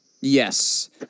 Yes